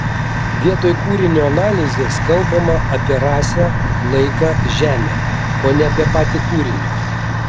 vietoj kūrinio analizės kalbama apie rasę laiką žemę o ne apie patį kūrinį